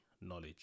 knowledge